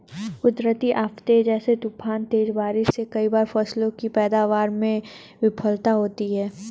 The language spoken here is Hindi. कुदरती आफ़ते जैसे तूफान, तेज बारिश से कई बार फसलों की पैदावार में विफलता होती है